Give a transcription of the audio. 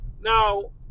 Now